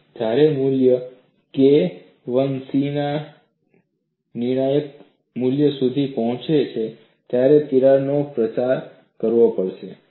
જ્યારે મૂલ્ય K1C ના નિર્ણાયક મૂલ્ય સુધી પહોંચે ત્યારે તિરાડનો પ્રચાર કરવો પડે છે